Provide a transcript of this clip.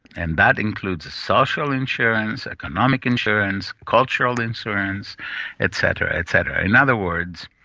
and that includes social insurance, economic insurance, cultural insurance et cetera, et et cetera. in other words,